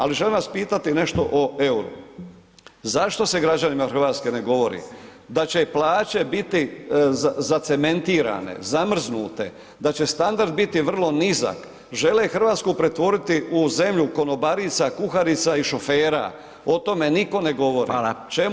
Ali želim vas pitati nešto o EUR-u, zašto se građanima Hrvatske ne govori da će plaće biti zacementirane, zamrznute, da će standard biti vrlo nizak, žele Hrvatsku pretvoriti u zemlju konobarica, kuharica i šofera, o to me nitko ne govori [[Upadica: Hvala.]] čemu to?